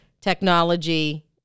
technology